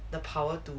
the power to